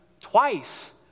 twice